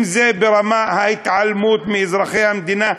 אם זה ברמת ההתעלמות העקבית מאזרחי המדינה,